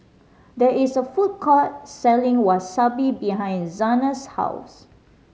there is a food court selling Wasabi behind Zana's house